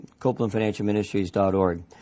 copelandfinancialministries.org